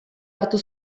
hartu